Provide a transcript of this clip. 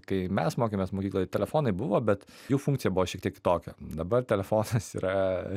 kai mes mokėmės mokykloje telefonai buvo bet jų funkcija buvo šiek tiek kitokia dabar telefonas yra